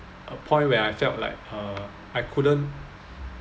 a point where I felt like uh I couldn't